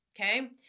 Okay